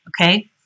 okay